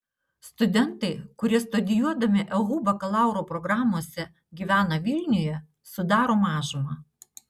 studentai kurie studijuodami ehu bakalauro programose gyvena vilniuje sudaro mažumą